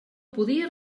podia